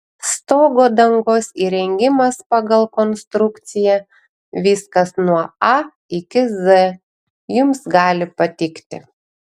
stogo dangos įrengimas pagal konstrukciją viskas nuo a iki z jums gali patikti